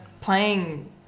playing